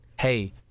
Hey